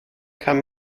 kann